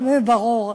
ברור.